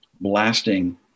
blasting